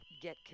Get